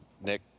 Nick